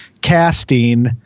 casting